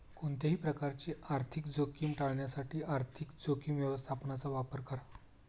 कोणत्याही प्रकारची आर्थिक जोखीम टाळण्यासाठी आर्थिक जोखीम व्यवस्थापनाचा वापर करा